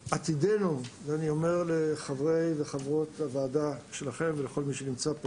אני אומר לחברי הוועדה ולכל מי שנמצא פה